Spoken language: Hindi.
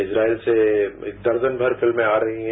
इस्राइल से दर्जन भर फिल्में आ रही हैं